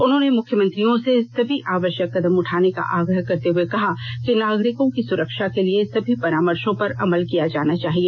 उन्होंने मुख्यमंत्रियों से सभी आवश्यक कदम उठाने का आग्रह करते हुए कहा कि नागरिकों की सुरक्षा के लिए सभी परामर्शों पर अमल किया जाना चाहिए